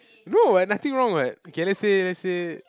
no what nothing wrong what okay let's say let's say